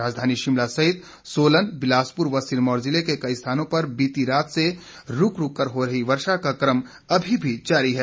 राजधानी शिमला सहित सोलन बिलासपुर व सिरमौर जिले के कई स्थानों पर बीती रात से रूक रूककर हो रही वर्षा का कम अभी भी जारी है